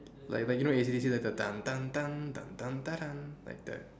like like you know A_C_D_C there's the like that